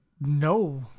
no